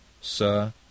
Sir